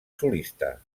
solista